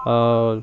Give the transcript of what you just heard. اور